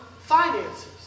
finances